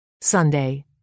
Sunday